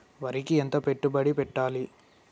వరికి ఎంత పెట్టుబడి పెట్టాలి?